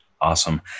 Awesome